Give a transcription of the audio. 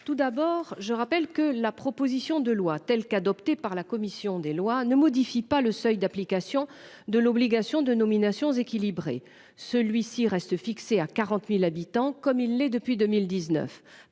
Tout d'abord je rappelle que la proposition de loi, telle qu'adoptée par la commission des lois ne modifie pas le seuil d'application de l'obligation de nominations équilibrées, celui-ci reste fixée à 40.000 habitants, comme il l'est depuis 2019.